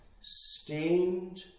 stained